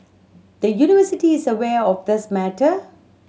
the university is aware of this matter